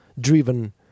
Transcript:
driven